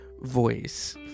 voice